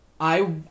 I-